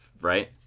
Right